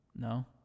No